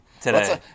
today